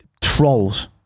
trolls